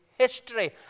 history